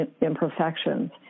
imperfections